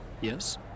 Yes